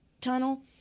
tunnel